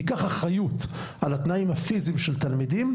תיקח אחריות על התנאים הפיזיים של תלמידים,